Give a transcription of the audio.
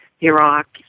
Iraq